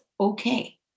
okay